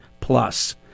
plus